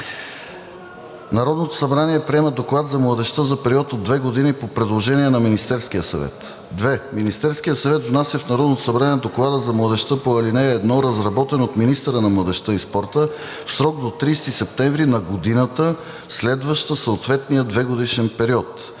Народното събрание приема доклад за младежта за период от две години по предложение на Министерския съвет. (2) Министерският съвет внася в Народното събрание доклада за младежта по ал. 1, разработен от министъра на младежта и спорта, в срок до 30 септември на годината, следваща съответния двегодишен период.